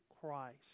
Christ